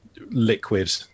liquid